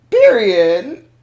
period